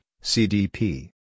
C-D-P